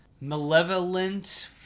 malevolent